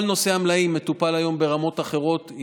כל נושא המלאים מטופל היום ברמות אחרות.